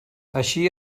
així